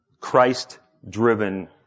Christ-driven